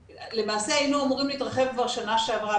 למעשה היינו אמורים להתרחב כבר בשנה שעברה,